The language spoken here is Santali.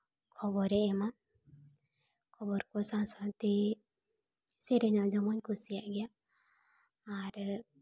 ᱠᱷᱚᱵᱚᱨᱮ ᱮᱢᱟ ᱠᱷᱚᱵᱚᱨ ᱠᱚ ᱥᱟᱶᱼᱥᱟᱶᱛᱮ ᱥᱮᱨᱮᱧ ᱟᱸᱡᱚᱢ ᱦᱚᱧ ᱠᱩᱥᱤᱭᱟᱜ ᱜᱮᱭᱟ ᱟᱨ